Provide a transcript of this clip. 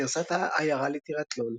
גרסת העיירה לטריאתלון,